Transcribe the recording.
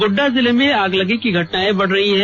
गोड्डा जिले में अगलगी की घटनाएं बढ़ रही है